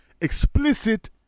explicit